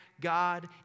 God